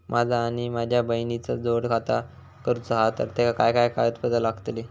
माझा आणि माझ्या बहिणीचा जोड खाता करूचा हा तर तेका काय काय कागदपत्र लागतली?